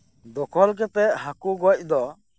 ᱫᱚᱠᱷᱚᱞ ᱠᱟᱛᱮ ᱦᱟᱸᱠᱩ ᱜᱚᱡ ᱫᱚ